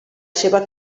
seva